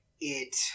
it-